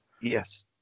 yes